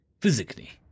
physically